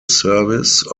service